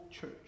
church